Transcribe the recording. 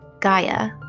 Gaia